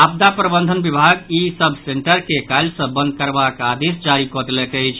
आपदा प्रबंधन विभाग ई सभ सेन्टर के काल्हि सँ बंद करबाक आदेश जारी कऽ देलक अछि